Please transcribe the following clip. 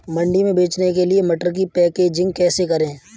मंडी में बेचने के लिए मटर की पैकेजिंग कैसे करें?